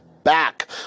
back